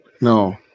No